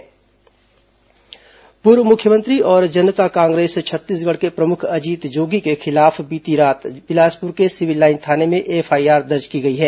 जोगी FIR पूर्व मुख्यमंत्री और जनता कांग्रेस छत्तीसगढ़ के प्रमुख अजीत जोगी के खिलाफ बीती रात बिलासपुर के सिविल लाइन थाने में एफआईआर दर्ज की गई है